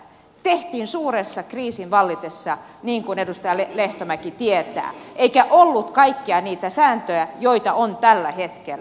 tehtiin suuren kriisin vallitessa niin kuin edustaja lehtomäki tietää eikä ollut kaikkia niitä sääntöjä joita on tällä hetkellä